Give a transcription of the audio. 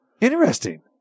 Interesting